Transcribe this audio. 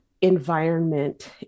environment